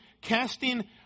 casting